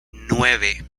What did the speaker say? nueve